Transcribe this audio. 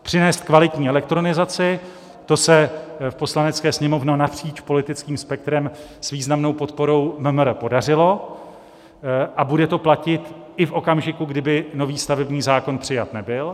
Přinést kvalitní elektronizaci, to se v Poslanecké sněmovně napříč politickým spektrem s významnou podporou MMR podařilo a bude to platit i v okamžiku, kdy by nový stavební zákon přijat nebyl.